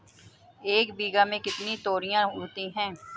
एक बीघा में कितनी तोरियां उगती हैं?